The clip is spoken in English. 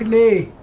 ah a